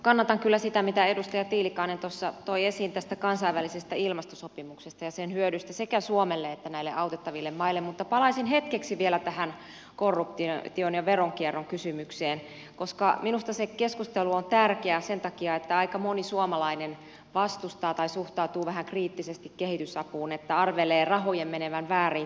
kannatan kyllä sitä mitä edustaja tiilikainen tuossa toi esiin tästä kansainvälisestä ilmastosopimuksesta ja sen hyödyistä sekä suomelle että näille autettaville maille mutta palaisin hetkeksi vielä tähän korruption ja veronkierron kysymykseen koska minusta se keskustelu on tärkeää sen takia että aika moni suomalainen vastustaa tai suhtautuu vähän kriittisesti kehitysapuun ja arvelee rahojen menevän vääriin taskuihin